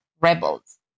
rebels